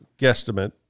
guesstimate